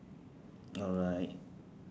alright